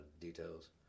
details